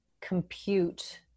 compute